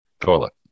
toilet